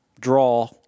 draw